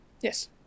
yes